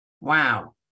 Wow